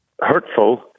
hurtful